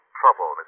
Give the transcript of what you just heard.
trouble